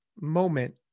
moment